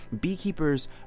beekeepers